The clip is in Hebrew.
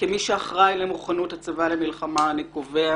כמי שאחראי על מוכנות הצבא למלחמה אני קובע